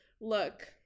look